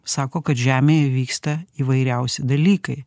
sako kad žemėje vyksta įvairiausi dalykai